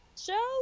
show